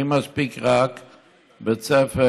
לי מספיק בית ספר